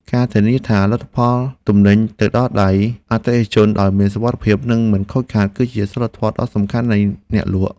ការធានាថា លទ្ធផលទំនិញទៅដល់ដៃអតិថិជនដោយមានសុវត្ថិភាពនិងមិនខូចខាត គឺជាសីលធម៌ដ៏សំខាន់នៃអ្នកលក់។